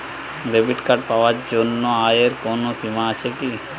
Debit card পাওয়ার জন্য আয়ের কোনো সীমা আছে কি?